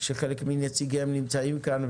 שחלק מנציגיהן נמצאים כאן.